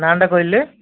ନାଁ ଟା କହିଲେ